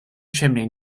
chimney